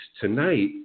tonight